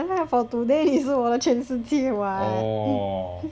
yeah lah for today 你是我的全世界 [what]